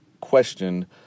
question